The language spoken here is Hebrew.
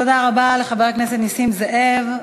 תודה רבה לחבר הכנסת נסים זאב.